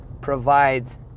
provides